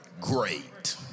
great